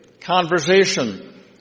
conversation